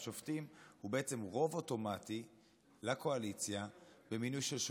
שופטים הוא בעצם רוב אוטומטי לקואליציה במינוי של שופטים.